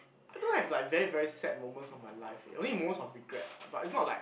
I don't have like very very sad moments of my life eh only most of regret but it's not like